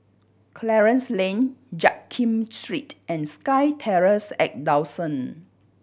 Clarence Lane Jiak Kim Street and SkyTerrace at Dawson